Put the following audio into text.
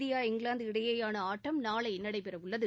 India England இடையேயான ஆட்டம் நாளை நடைபெறவுள்ளது